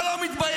אתה לא מתבייש?